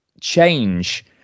change